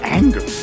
anger